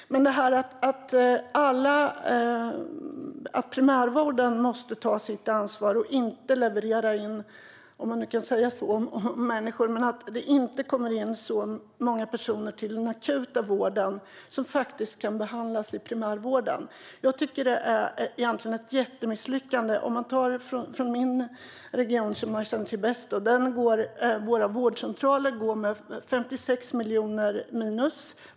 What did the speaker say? Primärvården måste ta sitt ansvar och inte leverera in - om man kan säga så om människor - så många personer till den akuta vården som faktiskt skulle ha kunnat behandlas inom primärvården. Detta är egentligen ett jättemisslyckande. I min region, som jag ju känner till bäst, går vårdcentralerna back med minus 56 miljoner.